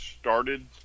started